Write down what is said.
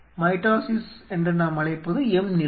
mitosis என்று நாம் அழைப்பது M நிலை